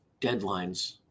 deadlines